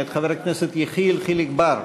מאת חבר הכנסת יחיאל חיליק בר,